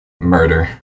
Murder